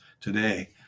today